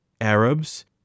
Arabs